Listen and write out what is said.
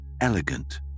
elegant